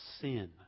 sin